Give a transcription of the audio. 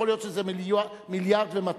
יכול להיות שזה 1.2 מיליארד.